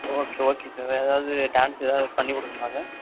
okay okay sir வேறு ஏதாவது dance ஏதாவது பண்ணி கொடுக்கணுமா சார்